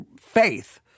faith